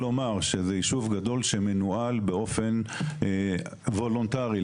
זהו יישוב גדול שמנוהל באופן וולונטרי.